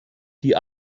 die